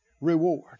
Reward